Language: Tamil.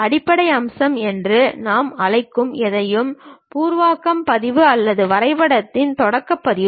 அடிப்படை அம்சம் என்று நாம் அழைக்கும் எதையும் பூர்வாங்க பதிப்பு அல்லது வரைபடத்தின் தொடக்க பதிப்பு